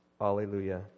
Hallelujah